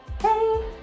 hey